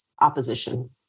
opposition